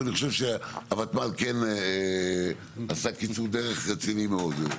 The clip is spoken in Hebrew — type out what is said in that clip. ואני חושב שהוותמ"ל כן עשה קיצור דרך רציני מאוד.